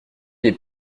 les